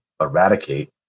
eradicate